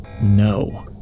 No